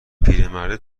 پیرمرده